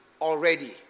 Already